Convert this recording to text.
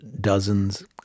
Dozens